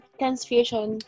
transfusion